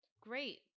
Great